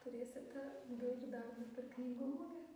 turėsit ką daug darbo per knygų mugę